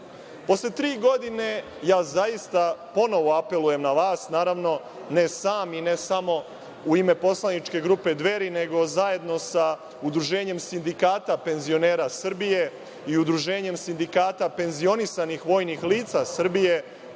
tri godine, zaista, ponovo apelujem na vas, ne sam, i ne samo u ime poslaničke grupe Dveri, nego zajedno sa Udruženjem sindikata penzionera Srbije i Udruženjem sindikata penzionisanih vojnih lica Srbije,